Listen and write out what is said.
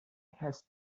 has